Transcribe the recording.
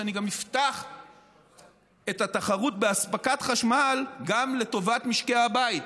שאני גם אפתח את התחרות באספקת חשמל גם לטובת משקי הבית.